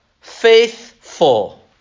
Faithful